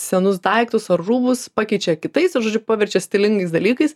senus daiktus ar rūbus pakeičia kitais nu žodžiu paverčia stilingais dalykais